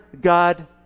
God